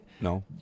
No